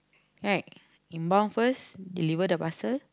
right inbound first deliver the parcel